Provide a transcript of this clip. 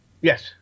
Yes